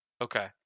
Okay